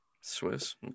Swiss